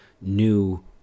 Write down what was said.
new